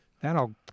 That'll